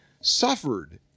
suffered